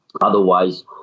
Otherwise